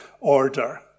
order